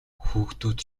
хүүхдүүд